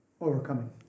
Overcoming